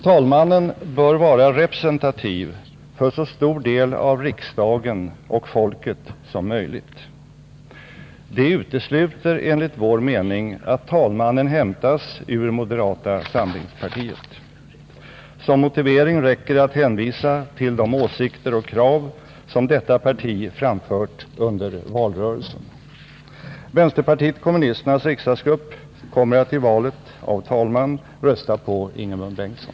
Talmannen bör vara representativ för så stor del av riksdagen och folket som möjligt. Det utesluter enligt vår mening att talmannen hämtas ur moderata samlingspartiet. Som motivering räcker att hänvisa till de åsikter och krav som detta parti har framfört under valrörelsen. Vänsterpartiet kommunisternas riksdagsgrupp kommer vid valet av talman att rösta på Ingemund Bengtsson.